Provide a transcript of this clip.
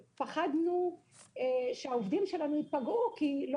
פחדנו על העובדים שלנו שיפגעו כי לא